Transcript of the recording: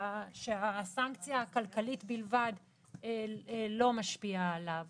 שהסנקציה הכלכלית בלבד לא משפיעה עליו